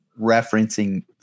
referencing